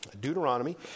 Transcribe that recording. Deuteronomy